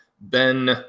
Ben